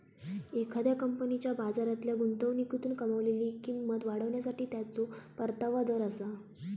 एखाद्या कंपनीच्या बाजारातल्या गुंतवणुकीतून कमावलेली किंमत वाढवण्यासाठी त्याचो परतावा दर आसा